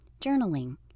Journaling